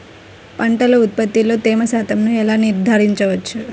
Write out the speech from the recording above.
పంటల ఉత్పత్తిలో తేమ శాతంను ఎలా నిర్ధారించవచ్చు?